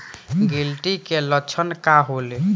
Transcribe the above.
गिलटी के लक्षण का होखे?